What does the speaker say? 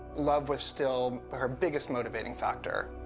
love was still her biggest motivating factor.